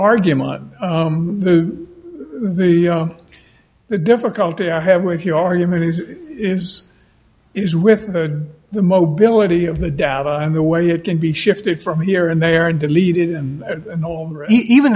argument the the the difficulty i have with your argument is is is with the mobility of the data and the way it can be shifted from here and there and delete it and even